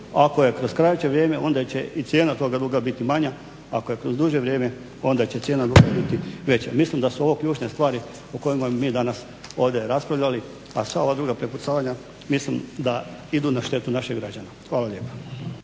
Ako je kroz kraće vrijeme onda će i cijena toga duga biti manja, a ako je kroz duže vrijeme onda će cijena duga biti veća. Mislim da su ovo ključne stvari o kojima smo mi danas ovdje raspravljali, a sva ova druga prepucavanja mislim da idu na štetu naših građana. Hvala lijepa.